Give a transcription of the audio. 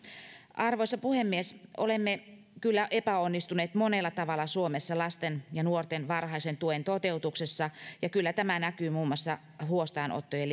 arvoisa puhemies olemme kyllä epäonnistuneet monella tavalla suomessa lasten ja nuorten varhaisen tuen toteutuksessa ja tämä näkyy muun muassa huostaanottojen